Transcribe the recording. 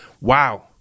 wow